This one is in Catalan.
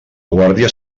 guàrdia